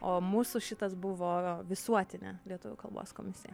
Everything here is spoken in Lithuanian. o mūsų šitas buvo visuotinė lietuvių kalbos komisija